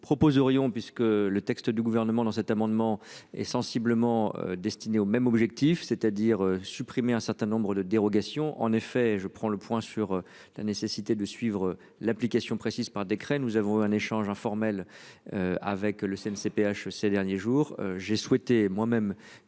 vous propose aurions puisque le texte du gouvernement dans cet amendement est sensiblement destiné aux mêmes objectifs, c'est-à-dire supprimer un certain nombre de dérogations. En effet, je prends le point sur la nécessité de suivre l'application précise par décret. Nous avons eu un échange informel. Avec le CNCPH ces derniers jours